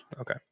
Okay